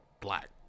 black